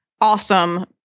awesome